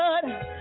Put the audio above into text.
good